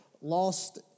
lost